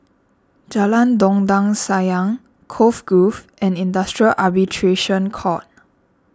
Jalan Dondang Sayang Cove Grove and Industrial Arbitration Court